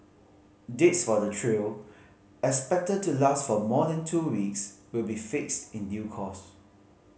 dates for the trial expected to last for more than two weeks will be fixed in due course